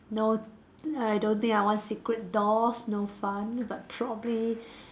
no I don't think I want secret doors no fun but probably